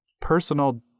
personal